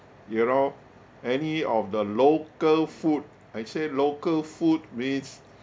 you know any of the local food I say local food means